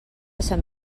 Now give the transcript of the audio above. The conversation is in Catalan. sant